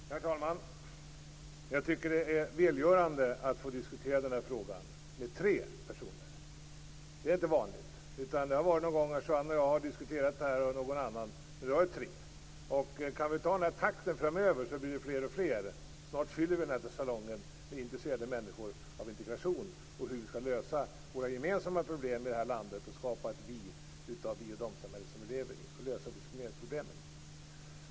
Herr talman! Jag tycker att det är välgörande att få diskutera den här frågan med tre personer. Det är inte vanligt. Någon gång har Juan Fonseca och jag diskuterat det här med någon annan, men i dag är det tre. Kan vi hålla den här takten framöver blir vi fler och fler. Snart fyller vi den här salongen med människor som är intresserade av integration och hur vi skall lösa våra gemensamma problem i landet för att skapa ett vi-samhälle av det vi-och-de-samhälle som vi lever i. Då kan vi lösa diskrimineringsproblemen.